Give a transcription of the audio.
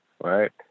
right